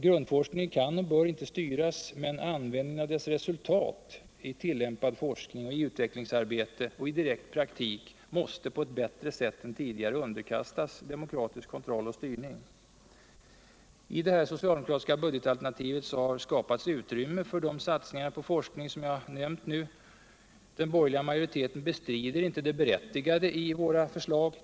Grundforskningen kan och bör inte styras, men användningen av dess resultat i tillämpad forskning, utvecklingsarbete och direkt praktik måste på ett bättre sätt än tidigare underkastas demokratisk kontroll och styrning. I det socialdemokratiska budgetalternativet har skapats utrymme för de satsningar på forskning som jag tidigare nämnde. Den borgerliga majoriteten bestrider inte det berättigade i våra förslag.